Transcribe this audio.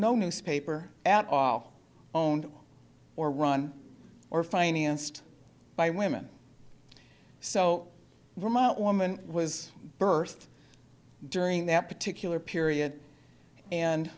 no newspaper at all own or run or financed by women so remote woman was birth during that particular period and